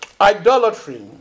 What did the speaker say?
idolatry